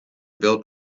built